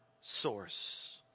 source